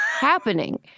happening